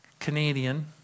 Canadian